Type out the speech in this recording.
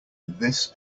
this